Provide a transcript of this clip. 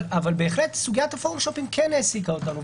אבל בהחלט סוגיית הפורום שופינג כן העסיקה אותנו.